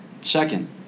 Second